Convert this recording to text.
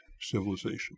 civilization